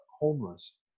homeless